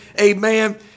Amen